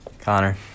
Connor